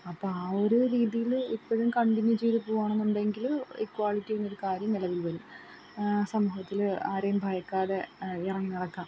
അപ്പം ആ ഒരു രീതിയിൽ എപ്പോഴും കണ്ടിന്യൂ ചെയ്ത് പോവുവാണെന്നുണ്ടെങ്കിൽ ഇക്വാലിറ്റി എന്നൊരു കാര്യം നിലവിൽ വരും സമൂഹത്തിൽ ആരെയും ഭയക്കാതെ ഇറങ്ങി നടക്കാം